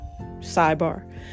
Sidebar